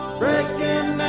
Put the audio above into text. breaking